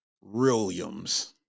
Williams